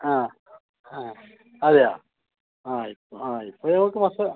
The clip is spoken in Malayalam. ആ ആ അതെയോ ആ ഇപ്പം ആ ഇപ്പോൾ